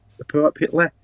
appropriately